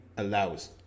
allows